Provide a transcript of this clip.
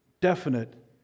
definite